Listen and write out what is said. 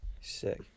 Sick